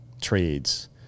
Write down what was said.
Trades